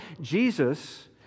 Jesus